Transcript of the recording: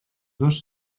dos